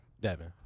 Devin